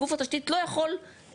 גוף התשתית לא יכול,